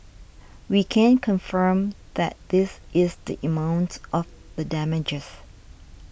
we can confirm that this is the in mount of the damages